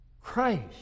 Christ